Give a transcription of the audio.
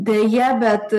deja bet